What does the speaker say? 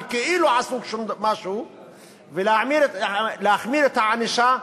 כאילו עשו משהו ולהחמיר את הענישה,